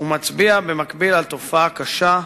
הוא מצביע במקביל על תופעה קשה.